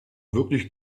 wirklich